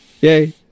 Yay